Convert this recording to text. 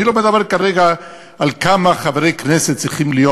אני לא מדבר כרגע על כמה חברים צריכים להיות,